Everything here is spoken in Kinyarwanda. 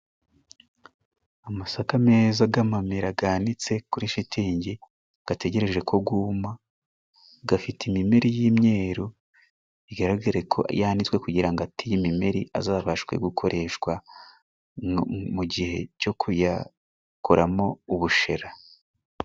Amasaka meza g'amamera ganitse kuri shitingi, gategereje ko gwuma gafite imimeri y'imyeru bigaragare ko yanitswe kugira gate iyi mimeri azabashwe gukoreshwa mu gihe cyo kuyakoramo ubushera.